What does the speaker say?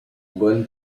bonne